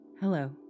Hello